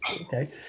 Okay